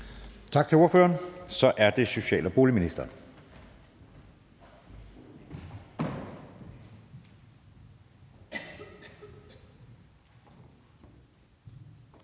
Tak til ordføreren. Så er det social- og boligministeren.